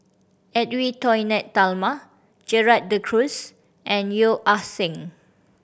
Edwy Lyonet Talma Gerald De Cruz and Yeo Ah Seng